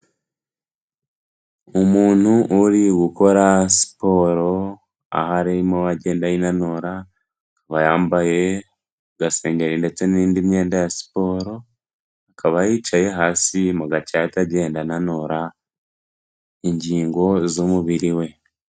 Umuntu uri gukora siporo, aho arimo agenda yinanura, akaba yambaye agasengeri ndetse n'indi myenda ya siporo, akaba yicaye hasi mu gacaca agenda ananura ingingo z'umubiri we.